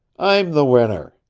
i'm the winner!